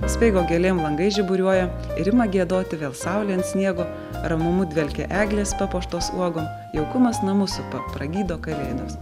speigo gėlėm langai žiburiuoja ir ima giedoti vėl saulė ant sniego ramumu dvelkia eglės papuoštos uogom jaukumas namus supa pragydo kalėdos